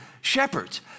shepherds